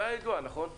נכון?